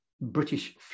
British